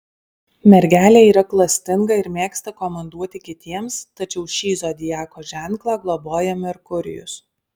mergelė yra klastinga ir mėgsta komanduoti kitiems tačiau šį zodiako ženklą globoja merkurijus